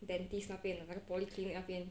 dentist 那边那个 polyclinic 那边